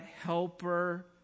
helper